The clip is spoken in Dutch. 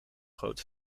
groots